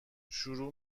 شروع